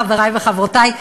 חברי וחברותי,